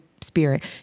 Spirit